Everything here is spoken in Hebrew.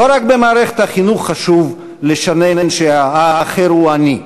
לא רק במערכת החינוך חשוב לשנן ש"האחר הוא אני".